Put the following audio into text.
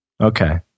Okay